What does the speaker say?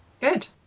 good